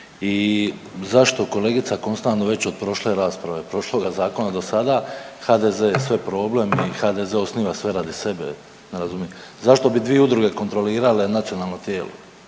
i zašto kolegica konstantno već od prošle rasprave, prošloga zakona do sada HDZ je sve problem i HDZ osniva sve radi sebe. Ne razumim. Zašto bi dvi udruge kontrolirale nacionalno tijelo?